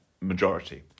majority